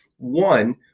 One